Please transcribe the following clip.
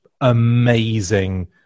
amazing